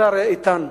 השר איתן,